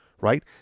right